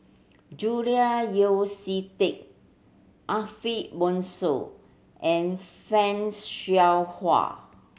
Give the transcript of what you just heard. Julian Yeo See Teck Ariff Bongso and Fan Shao Hua